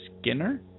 Skinner